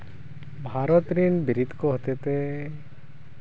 ᱵᱷᱟᱨᱚᱛ ᱨᱮᱱ ᱵᱤᱨᱤᱫ ᱠᱚ ᱦᱚᱛᱮ ᱛᱮ